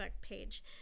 page